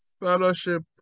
fellowship